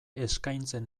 eskaintzen